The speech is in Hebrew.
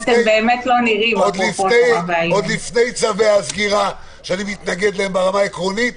עוד לפני צווי הסגירה שאני מתנגד להם ברמה העקרונית,